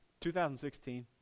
2016